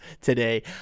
today